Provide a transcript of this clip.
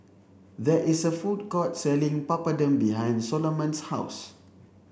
there is a food court selling Papadum behind Soloman's house